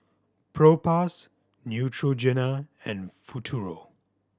Propass Neutrogena and Futuro